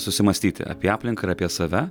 susimąstyti apie aplinką ir apie save